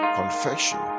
confession